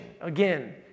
Again